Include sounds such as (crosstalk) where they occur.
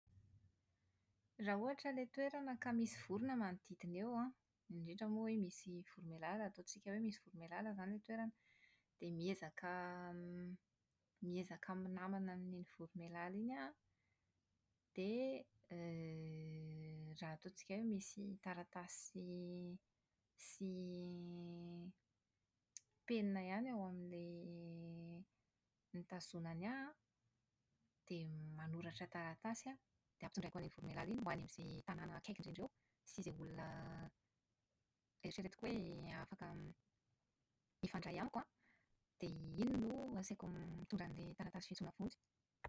Raha ohatra ilay toerana ka misy vorona manodidina eo an, indrindra moa hoe misy voromailala -ataontsika hoe misy voromailala izany ilay toerana- dia miezaka miezaka minamana amin'iny voromailala iny aho an, dia (hesitation) > raha ataontsika hoe misy taratasy sy penina ihany ao amin'ilay nitazonany ahy an, dia manoratra taratasy aho, dia ampitondraiko an'iny voromailala iny ho any amin'izay tanàna akaiky indrindra eo sy izay olona eritreretiko hoe afaka hifandray amiko an, dia iny no asaiko mitondra an'ilay taratasy fiantsoana vonjy.